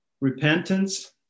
Repentance